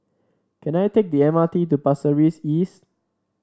can I take the M R T to Pasir Ris East